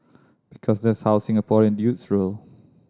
because that's how Singaporean dudes roll